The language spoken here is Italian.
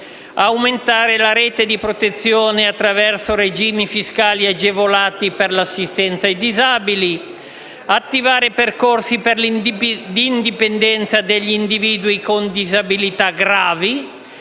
aumentare la rete di protezione attraverso regimi fiscali agevolati per l'assistenza ai disabili, di attivare percorsi per l'indipendenza degli individui con disabilità gravi,